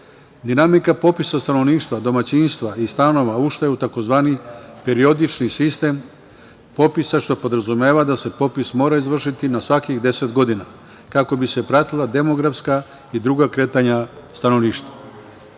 Dinamika popisa stanovništva, domaćinstva i stanova, ušla je u tzv. periodični sistem popisa, što podrazumeva da se popis mora izvršiti na svakih 10 godina, kako bi se morala pratiti demografska i druga kretanja stanovništva. Popisom